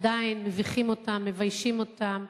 עדיין מביכים אותם, מביישים אותם,